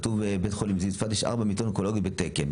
יש ארבע מיטות אונקולוגיות בתקן,